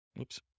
Oops